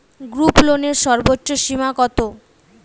গ্রুপলোনের সর্বোচ্চ সীমা কত?